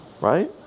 right